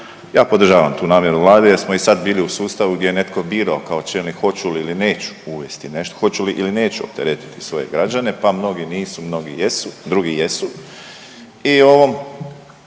ja podržavam tu namjeru Vlade jer smo i sad bili u sustavu gdje je netko birao kao čelnik hoću li ili neću uvesti nešto, hoću li ili neću opteretiti svoje građane, pa mnogi nisu, mnogi jesu, drugi jesu.